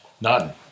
None